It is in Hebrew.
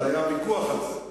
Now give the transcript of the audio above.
הרי היה ויכוח על זה.